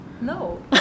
No